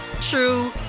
true